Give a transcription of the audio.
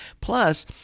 Plus